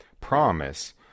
promise